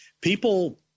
people